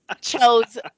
chose